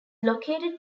located